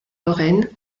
lorraine